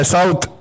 South